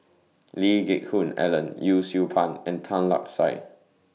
Lee Geck Hoon Ellen Yee Siew Pun and Tan Lark Sye